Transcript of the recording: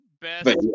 best